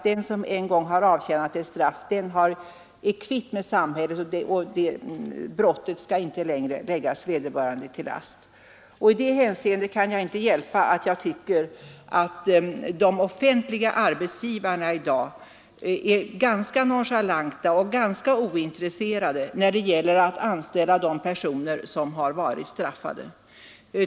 Den som en gång har avtjänat ett straff är kvitt med samhället och brottet skall inte längre läggas vederbörande till last. Här kan jag inte hjälpa att jag tycker att de offentliga arbetsgivarna i dag är ganska nonchalanta; de är ganska ointresserade av att anställa personer som har varit straffade.